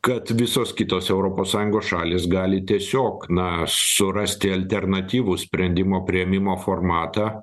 kad visos kitos europos sąjungos šalys gali tiesiog na surasti alternatyvų sprendimo priėmimo formatą